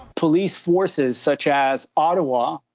police forces, such as ottawa,